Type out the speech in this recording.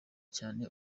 cyane